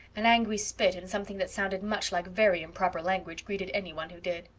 an angry spit and something that sounded much like very improper language greeted any one who did.